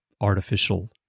artificial